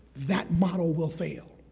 that model will fail.